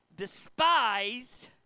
despise